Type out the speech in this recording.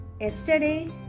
yesterday